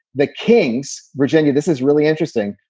the kings. virginia, this is really interesting.